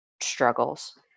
struggles